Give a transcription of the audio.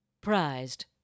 Prized